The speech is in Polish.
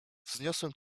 wzniosłem